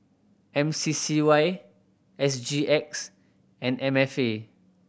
M C C Y S G X and M F A